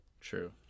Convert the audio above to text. True